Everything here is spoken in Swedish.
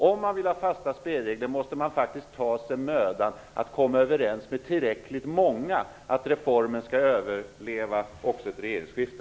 Den som vill ha fasta spelregler måste faktiskt göra sig mödan att komma överens med tillräckligt många för att reformen skall överleva också ett regeringsskifte.